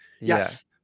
Yes